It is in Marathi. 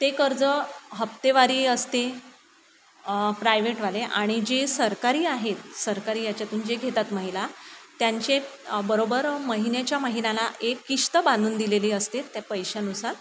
ते कर्ज हप्तेवारी असते प्रायव्हेटवाले आणि जे सरकारी आहेत सरकारी याच्यातून जे घेतात महिला त्यांचे बरोबर महिन्याच्या महिन्याला एक किश्त बांधून दिलेली असते त्या पैशानुसार